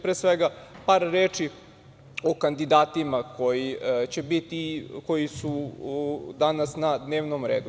Pre svega, par reči o kandidatima koji su danas na dnevnom redu.